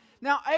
Now